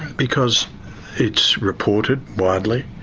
because it's reported widely,